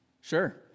Sure